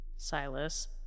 Silas